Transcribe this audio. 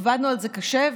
עבדנו על זה קשה,